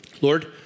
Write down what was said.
Lord